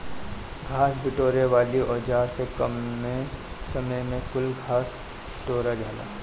घास बिटोरे वाली औज़ार से कमे समय में कुल घास बिटूरा जाला